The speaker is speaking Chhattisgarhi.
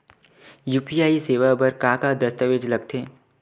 यू.पी.आई सेवा बर का का दस्तावेज लगथे?